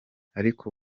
ariko